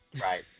Right